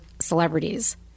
celebrities